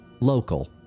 local